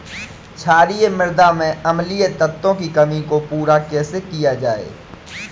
क्षारीए मृदा में अम्लीय तत्वों की कमी को पूरा कैसे किया जाए?